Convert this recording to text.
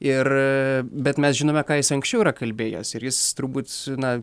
ir bet mes žinome ką jis anksčiau yra kalbėjęs ir jis turbūt na